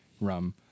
rum